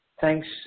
Thanks